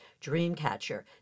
Dreamcatcher